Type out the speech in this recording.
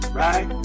right